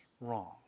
wrong